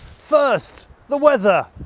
first, the weather.